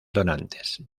donantes